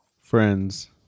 friends